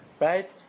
right